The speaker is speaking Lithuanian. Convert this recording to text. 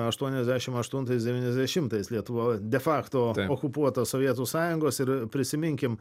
aštuoniasdešimt aštuntais devyniasdešimtais lietuva de facto okupuota sovietų sąjungos ir prisiminkim